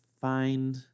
find